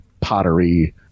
pottery